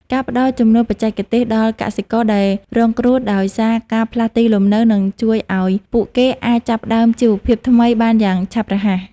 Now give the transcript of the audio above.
ការផ្តល់ជំនួយបច្ចេកទេសដល់កសិករដែលរងគ្រោះដោយសារការផ្លាស់ទីលំនៅនឹងជួយឱ្យពួកគេអាចចាប់ផ្តើមជីវភាពថ្មីបានយ៉ាងឆាប់រហ័ស។